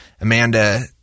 Amanda